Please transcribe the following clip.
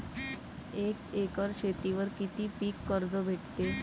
एक एकर शेतीवर किती पीक कर्ज भेटते?